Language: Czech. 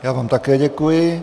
Já vám také děkuji.